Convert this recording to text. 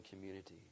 community